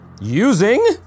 using